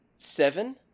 Seven